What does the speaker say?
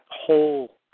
whole